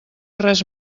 res